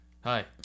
hi